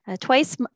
twice